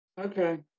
Okay